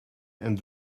and